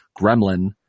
Gremlin